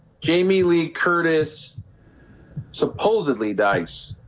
jamie lee curtis supposedly dice